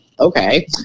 Okay